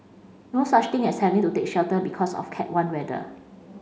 no such thing as having to take shelter because of cat one weather